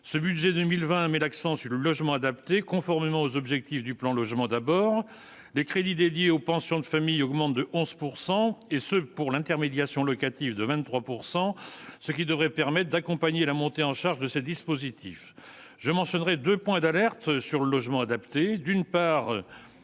ce budget 2020, met l'accent sur le logement adapté conformément aux objectifs du plan logement d'abord les crédits dédiés aux pensions de famille augmente de 11 pourcent et ce pour l'intermédiation locative de 23 pourcent, ce qui devrait permette d'accompagner la montée en charge de ce dispositif je mentionnerait 2 points d'alerte sur le logement adapté d'une part,